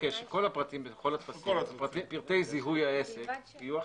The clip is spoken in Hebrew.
מבקש שפרטי זיהוי העסק יהיו אחידים.